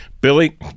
Billy